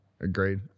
agreed